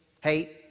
Hate